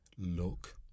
look